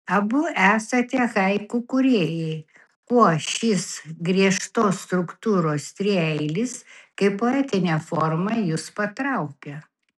abu esate haiku kūrėjai kuo šis griežtos struktūros trieilis kaip poetinė forma jus patraukė